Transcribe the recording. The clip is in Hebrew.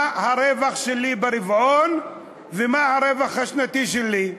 מה הרווח שלי ברבעון ומה הרווח השנתי שלי.